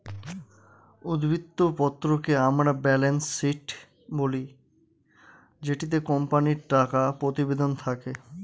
উদ্ধৃত্ত পত্রকে আমরা ব্যালেন্স শীট বলি যেটিতে কোম্পানির টাকা প্রতিবেদন থাকে